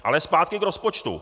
Ale zpátky k rozpočtu.